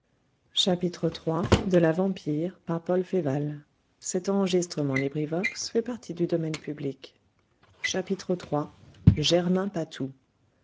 iii germain patou